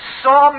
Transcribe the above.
saw